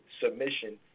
submission